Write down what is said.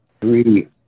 three